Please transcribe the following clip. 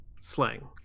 slang